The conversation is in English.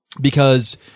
because-